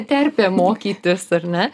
terpė mokytis ar ne